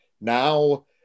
now